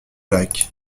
lac